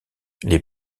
les